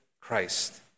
Christ